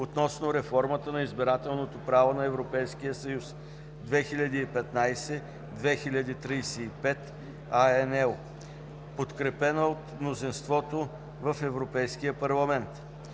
относно реформата на избирателното право на Европейския съюз 2015/2035 INL, подкрепена от мнозинството в Европейския парламент.